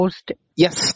Yes